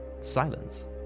silence